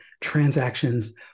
transactions